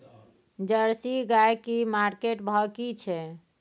Jersey गाय की market भाव की छै?